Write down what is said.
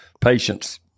patience